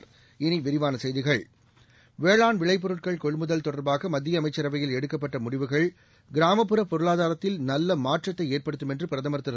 இனி விரிவான செய்திகள் வேளாண் விளைப்பொருட்கள் கொள்முதல் தொடர்பாக மத்திய அமைச்சரவையில் எடுக்கப்பட்ட முடிவுகள் கிராமப்புற பொருளாதாரத்தில் நல்ல மாற்றத்தை ஏற்படுத்தும் என்று பிரதமர் திரு